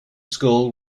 school